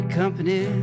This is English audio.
company